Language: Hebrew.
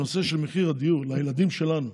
הנושא של מחיר הדיור לילדים שלנו,